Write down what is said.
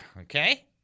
okay